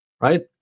right